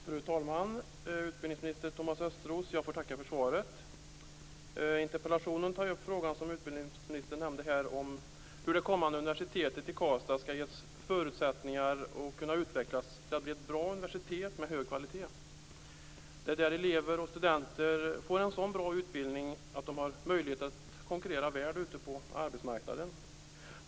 Fru talman! Utbildningsminister Thomas Östros! Jag får tacka för svaret. Interpellationen tar ju upp den fråga som utbildningsministern nämnde här om hur det kommande universitetet i Karlstad skall ges förutsättningar att kunna utvecklas till ett bra universitet med hög kvalitet där elever och studenter får en så god utbildning att de har möjlighet att konkurrera väl ute på arbetsmarknaden.